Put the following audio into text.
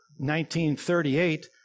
1938